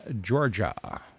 georgia